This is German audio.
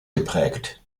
geprägt